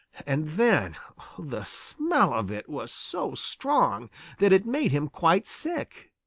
and then the smell of it was so strong that it made him quite sick.